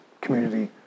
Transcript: community